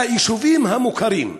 ליישובים המוכרים,